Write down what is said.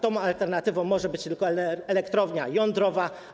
Tą alternatywą może być tylko elektrownia jądrowa.